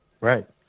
Right